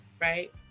right